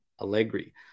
Allegri